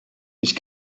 ich